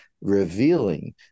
revealing